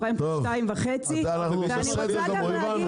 פריים פלוס 2.5 ואני רוצה גם להגיד